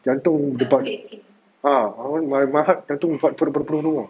time tu ah my heart time tu [tau]